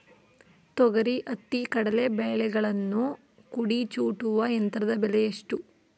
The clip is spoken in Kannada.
ತೊಗರಿ, ಹತ್ತಿ, ಕಡಲೆ ಬೆಳೆಗಳಲ್ಲಿ ಕುಡಿ ಚೂಟುವ ಯಂತ್ರದ ಬೆಲೆ ಎಷ್ಟು?